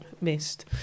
missed